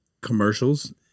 commercials